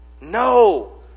No